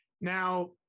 now